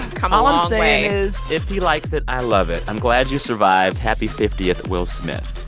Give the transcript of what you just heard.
come um ah a is, if he likes it, i love it. i'm glad you survived. happy fiftieth, will smith.